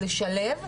לשלב,